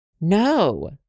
no